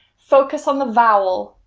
focus on the vowel,